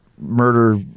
murder